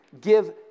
give